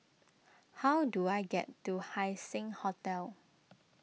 how do I get to Haising Hotel